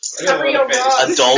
Adult